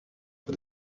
for